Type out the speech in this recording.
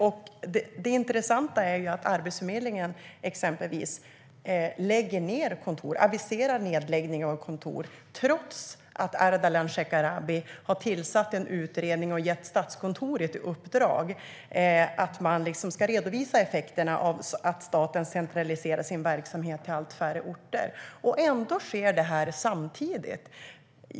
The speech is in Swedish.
Det intressanta är att exempelvis Arbetsförmedlingen aviserar nedläggning av kontor trots att Ardalan Shekarabi har tillsatt en utredning och gett Statskontoret i uppdrag att redovisa effekterna av att staten centraliserar sin verksamhet till allt färre orter. Ändå sker detta samtidigt.